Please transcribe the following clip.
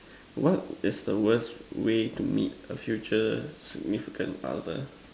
what is the worse way to meet a future significant other